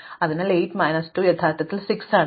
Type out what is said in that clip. അതിനാൽ 8 മൈനസ് 2 യഥാർത്ഥത്തിൽ 6 ആണ്